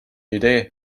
idee